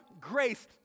grace